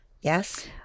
Yes